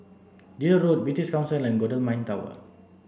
Deal Road British Council and Golden Mile Tower